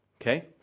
Okay